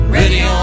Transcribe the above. ready